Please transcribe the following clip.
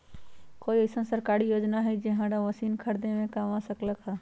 कोइ अईसन सरकारी योजना हई जे हमरा मशीन खरीदे में काम आ सकलक ह?